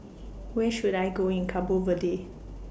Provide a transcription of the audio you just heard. Where should I Go in Cabo Verde